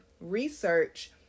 research